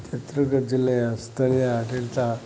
ಚಿತ್ರದುರ್ಗ ಜಿಲ್ಲೆಯ ಸ್ಥಳೀಯ ಆಡಳಿತ